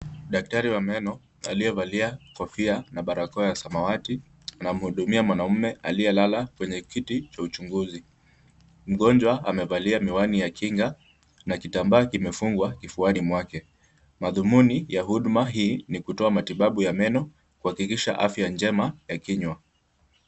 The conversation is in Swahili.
Daktari wa meno aliyevalia kofia na barakoa ya samawati anamhudumia mwanamume aliyelala kwenye kiti cha uchunguzi. Mgonjwa amevalia miwani ya kinga na kitambaa kimefungwa kifuani mwake. Madhumuni ya huduma hii ni kutoa matibabu ya meno kuhakikisha afya njema ya kinywa.